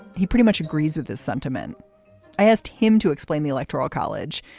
he pretty much agrees with this sentiment i asked him to explain the electoral college.